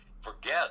forget